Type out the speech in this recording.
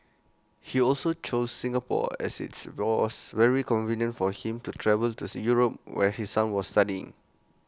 he also chose Singapore as its roars very convenient for him to travel to Europe where his son was studying